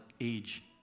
age